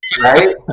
right